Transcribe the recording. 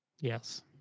Yes